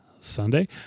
Sunday